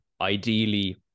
Ideally